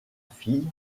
fille